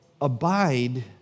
abide